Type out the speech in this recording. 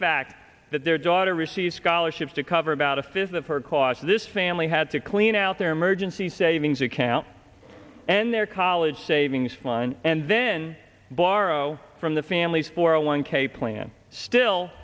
fact that their daughter received scholarships to cover about a fifth of her cost this family had to clean out their emergency savings account and their college savings line and then borrow from the families for a long cape plan still